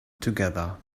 together